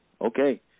okay